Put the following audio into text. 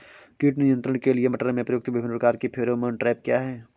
कीट नियंत्रण के लिए मटर में प्रयुक्त विभिन्न प्रकार के फेरोमोन ट्रैप क्या है?